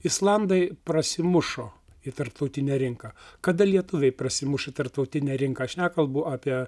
islandai prasimušo į tarptautinę rinką kada lietuviai prasimuš į tarptautinę rinką aš nekalbu apie